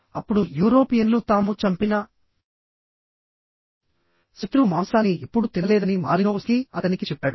అప్పుడు యూరోపియన్లు తాము చంపిన శత్రువు మాంసాన్ని ఎప్పుడూ తినలేదని మాలినోవ్స్కీ అతనికి చెప్పాడు